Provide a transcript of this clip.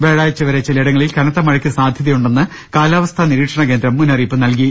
വ്യാഴാഴ്ച വരെ ചിലയിടങ്ങളിൽ കനത്ത മഴയ്ക്ക് സാധ്യതയുണ്ടെന്ന് കാലാവസ്ഥാ നിരീക്ഷണകേന്ദ്രം മുന്നറിയിപ്പ് നൽകി